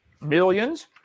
millions